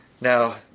Now